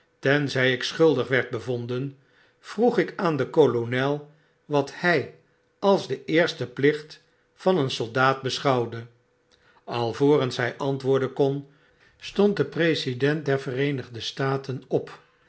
tenzy ik schuldig werd bevonden vroegik aan den kolonel wat hy als de eerste plicht van een soldaat beschouwde alvorens hij antwoorden kon stond de president der yereenigde staten op